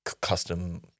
custom